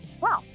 Wow